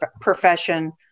profession